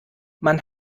man